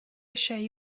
eisiau